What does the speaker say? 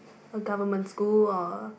a government school or a